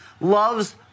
loves